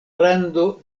rando